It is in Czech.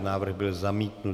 Návrh byl zamítnut.